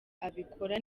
abikora